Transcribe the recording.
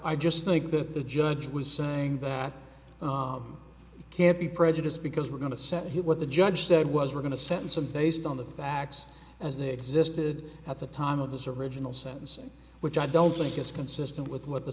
i just think that the judge was saying that you can't be prejudiced because we're going to set what the judge said was we're going to send some based on the facts as they existed at the time of the syringe in the sentencing which i don't think is consistent with what the